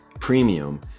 premium